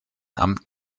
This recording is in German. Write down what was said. amt